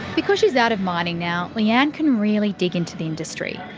because she's out of mining now, leanne can really dig into the industry.